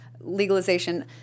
legalization